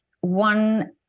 one